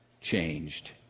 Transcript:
changed